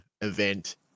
event